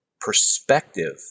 perspective